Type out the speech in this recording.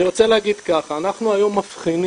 אני רוצה להגיד ככה, אנחנו היום מבחינים,